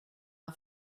our